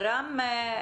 רם,